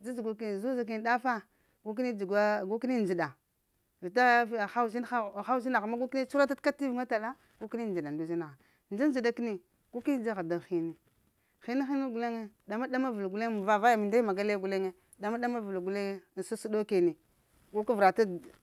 dza-dzu kən zuza kiŋ ɗafa gukəni dzugwa, gu kəni ndzəɗa viti ha uzinha wo, haha uzinagh ma gu kəni cuhurata t’ kativuŋa tala, gu kəni ndzəɗa ndu uzinaha ndza ndzədi kəni, gu kini dzagha daŋ ghini hinahina guleŋe, ɗama-ɗama vəl mu va vaŋa mandaya magalo guleŋe dəma ɗama vəl guleŋe sasəɗo kini guka vərata